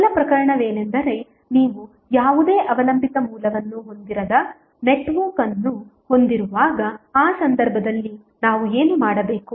ಮೊದಲ ಪ್ರಕರಣವೆಂದರೆ ನೀವು ಯಾವುದೇ ಅವಲಂಬಿತ ಮೂಲವನ್ನು ಹೊಂದಿರದ ನೆಟ್ವರ್ಕ್ ಅನ್ನು ಹೊಂದಿರುವಾಗ ಆ ಸಂದರ್ಭದಲ್ಲಿ ನಾವು ಏನು ಮಾಡಬೇಕು